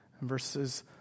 verses